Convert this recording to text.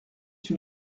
une